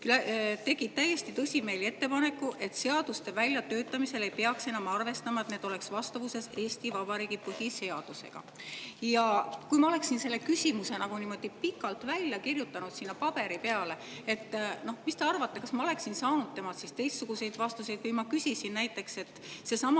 tegid täiesti tõsimeeli ettepaneku, et seaduste väljatöötamisel ei peaks enam arvestama, et need oleks vastavuses Eesti Vabariigi põhiseadusega. Ja kui ma oleksin selle küsimuse niimoodi pikalt välja kirjutanud sinna paberi peale, mis te arvate, kas ma oleksin saanud temalt teistsuguseid vastuseid? Või ma küsisin näiteks, et needsamad